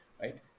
right